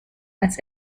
als